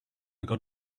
got